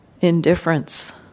Indifference